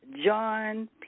John